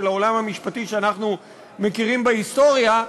העולם המשפטי שאנחנו מכירים בהיסטוריה,